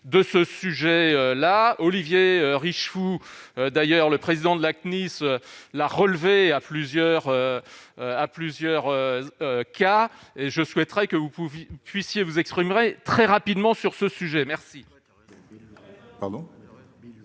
de ce sujet-là Olivier Richefou d'ailleurs, le président de la CNIL l'a relevé à plusieurs, à plusieurs cas et je souhaiterais que vous pouvez vous puissiez vous exprimerez très rapidement sur ce sujet, merci.